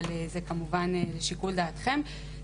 אבל זה כמובן לשיקול דעתכם,